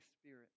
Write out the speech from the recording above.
Spirit